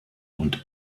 und